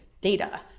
data